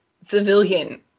civilian